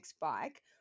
bike